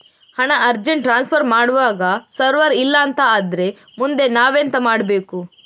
ಹಣ urgent transfer ಮಾಡ್ವಾಗ server ಇಲ್ಲಾಂತ ಆದ್ರೆ ಮುಂದೆ ನಾವೆಂತ ಮಾಡ್ಬೇಕು?